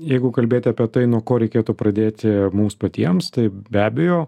jeigu kalbėti apie tai nuo ko reikėtų pradėti mums patiems tai be abejo